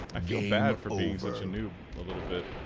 i feel bad for being such a nude a little bit,